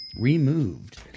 removed